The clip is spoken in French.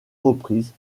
reprises